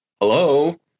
Hello